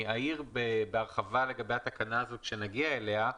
אני אעיר בהרחבה לגבי התקנה הזו כשנגיע אליה,